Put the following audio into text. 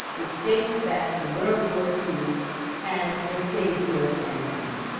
which dates back to world war two and the stage door canteen.